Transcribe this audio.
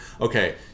okay